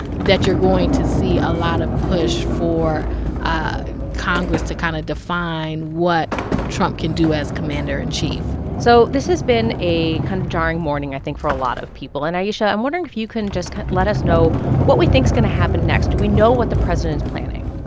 that you're going to see a lot of push for ah congress to kind of define what trump can do as commander in chief so this has been a kind of jarring morning, i think, for a lot of people. and ayesha, i'm wondering if you can just let us know what we think's going to happen next. do we know what the president is planning?